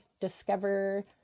discover